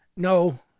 No